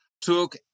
took